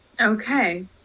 Okay